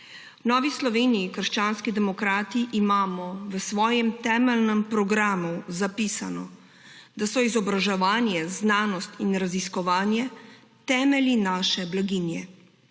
Novi Sloveniji - krščanskih demokratih imamo v svojem temeljnem programu zapisano, da so izobraževanje, znanost in raziskovanje temelji naše blaginje.